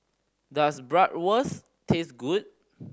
does Bratwurst taste good